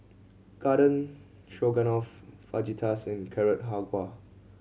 Garden Stroganoff Fajitas and Carrot Halwa